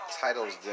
titles